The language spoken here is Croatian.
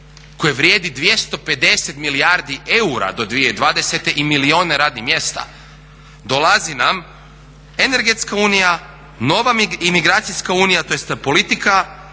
koje vrijedi 250 milijardi eura do 2020. i milijune radnih mjesta. Dolazi nam energetska unija, nova imigracijska unija, tj. ta politika,